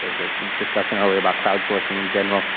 ah the discussion earlier about crowdsourcing in general,